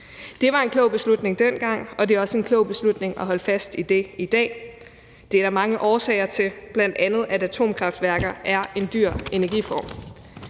Det var en klog beslutning dengang, og det er også en klog beslutning at holde fast i det i dag. Det er der mange årsager til, bl.a. at atomkraftværker er en dyr energiform.